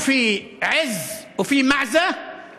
(אומר בערבית: יש עֵז ויש עֵז?) תודה.